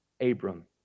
Abram